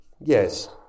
Yes